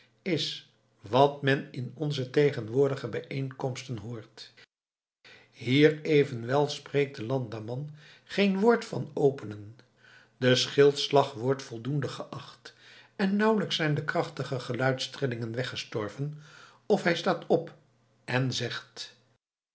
is wat men in onze tegenwoordige bijeenkomsten hoort hier evenwel spreekt de landamman geen woord van openen de schildslag wordt voldoende geacht en nauwelijks zijn de krachtige geluids trillingen weggestorven of hij staat op en zegt